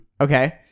Okay